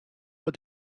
what